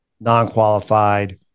non-qualified